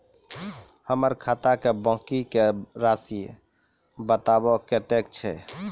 हमर खाता के बाँकी के रासि बताबो कतेय छै?